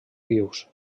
vius